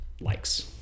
likes